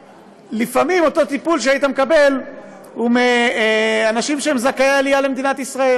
לפעמים אותו טיפול שהיית מקבל הוא מאנשים שהם זכאי עלייה למדינת ישראל,